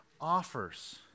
offers